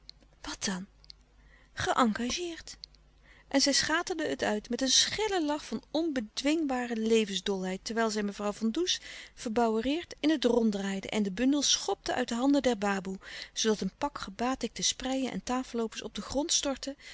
wat dan geëngageerd en zij schaterde het uit met een schellen lach van onbedwingbare levensdolheid terwijl zij mevrouw van does verbouwereerd in het rond draaide en den bundel schopte uit de handen der baboe zoodat een pak gebatikte spreien en tafelloopers op den grond stortte